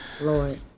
Lord